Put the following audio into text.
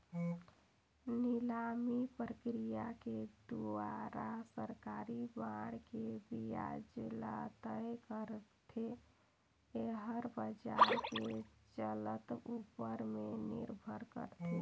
निलामी प्रकिया के दुवारा सरकारी बांड के बियाज ल तय करथे, येहर बाजार के चलत ऊपर में निरभर करथे